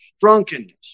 drunkenness